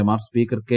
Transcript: A മാർ speaker K